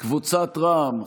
קבוצת סיעת רע"מ,